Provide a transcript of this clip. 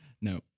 No